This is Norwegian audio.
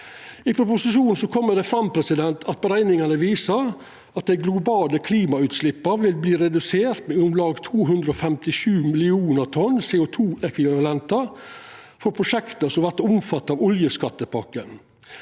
I proposisjonen kjem det fram at berekningane viser at dei globale klimagassutsleppa vil verta reduserte med om lag 257 millionar tonn CO2-ekvivalentar for prosjekt som er omfatta av oljeskattepakka